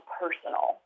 personal